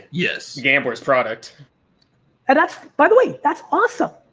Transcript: yes. the gamblers product and that's, by the way, that's awesome.